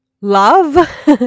love